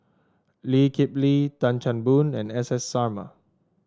Lee Kip Lee Tan Chan Boon and S S Sarma